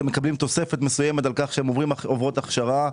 הם מקבלים תוספת מסוימת על כך שהן עוברות הכשרה.